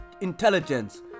intelligence